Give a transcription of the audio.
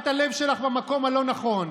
את, הלב שלך במקום הלא-נכון.